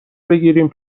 بگیریم